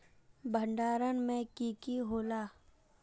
भण्डारण में की की होला?